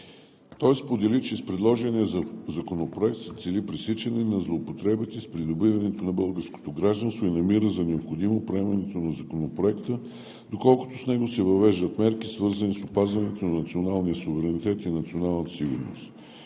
Той сподели, че с предложения законопроект се цели пресичане на злоупотребите с придобиването на българското гражданство, и намира за необходимо приемането на Законопроекта, доколкото с него се въвеждат мерки, свързани с опазването на националния суверенитет и националната сигурност.